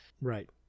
Right